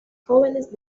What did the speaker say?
jóvenes